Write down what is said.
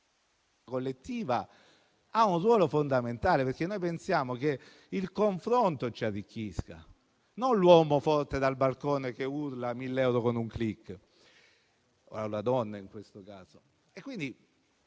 collettiva. Ha un ruolo fondamentale, perché noi pensiamo che il confronto ci arricchisca, non l'uomo forte dal balcone che urla «mille euro con un *click*», o la donna in questo caso. Fatevi